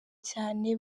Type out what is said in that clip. cyane